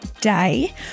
day